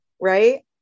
right